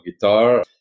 guitar